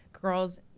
girls